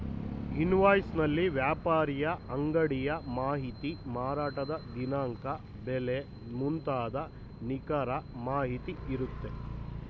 invoice ನಲ್ಲಿ ವ್ಯಾಪಾರಿಯ ಅಂಗಡಿಯ ಮಾಹಿತಿ, ಮಾರಾಟದ ದಿನಾಂಕ, ಬೆಲೆ ಮುಂತಾದ ನಿಖರ ಮಾಹಿತಿ ಇರುತ್ತೆ